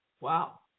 Wow